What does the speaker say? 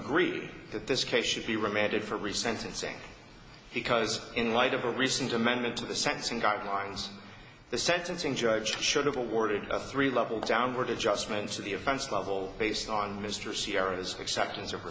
agree that this case should be remanded for resentencing because in light of a recent amendment to the sentencing guidelines the sentencing judge should have awarded a three level downward adjustment to the offense level based on mr sierra's acceptance of